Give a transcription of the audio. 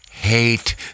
Hate